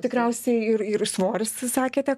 tikriausiai ir ir svoris sakėte